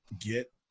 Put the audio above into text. get